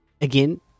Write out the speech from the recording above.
again